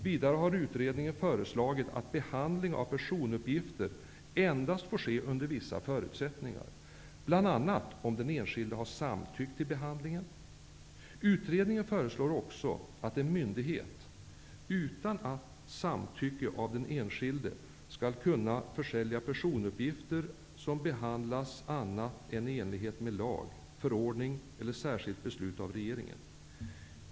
Vidare har utredningen föreslagit att behandling av personuppgifter endast får ske under vissa förutsättningar, bl.a. om den enskilde har samtyckt till behandlingen. Utredningen föreslår också att en myndighet utan samtycke av den enskilde skall kunna försälja personuppgifter som behandlas annat än i enlighet med lag, förordning eller särskilt beslut av regeringen.